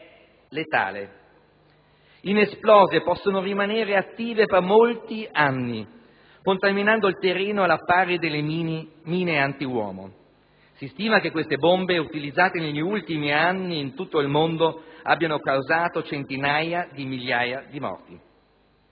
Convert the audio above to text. letale. Inesplose possono rimanere attive per molti anni contaminando il terreno al pari delle mine antiuomo. Si stima che queste bombe, utilizzate negli ultimi anni in tutto il mondo, abbiano causato centinaia di migliaia di morti.